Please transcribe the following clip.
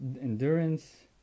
endurance